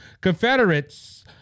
confederates